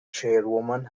chairwoman